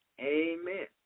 Amen